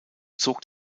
zog